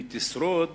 היא תשרוד